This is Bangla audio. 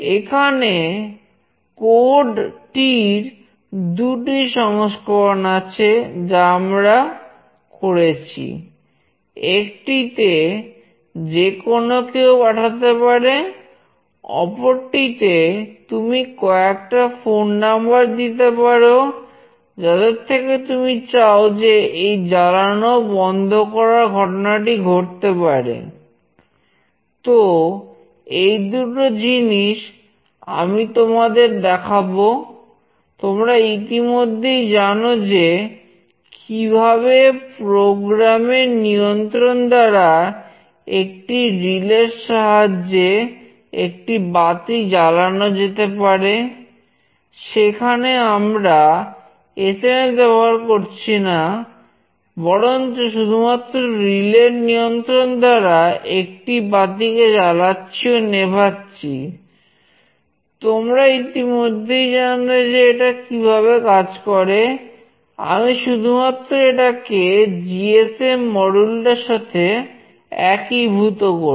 এখানে কোড টার সাথে একীভূত করব